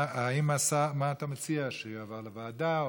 מה אתה מציע, שיועבר לוועדה?